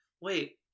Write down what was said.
wait